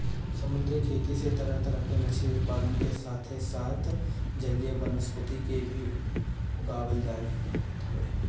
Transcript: समुंदरी खेती से तरह तरह के मछरी उत्पादन के साथे साथ जलीय वनस्पति के भी उगावल जात हवे